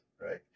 right